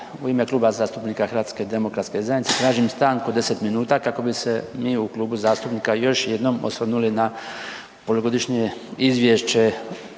u ime Kluba zastupnika HDZ-a tražim stanku od 10 minuta kako bi se mi u klubu zastupnika još jednom osvrnuli na polugodišnje izvješće